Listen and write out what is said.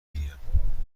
بگیرم